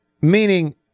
Meaning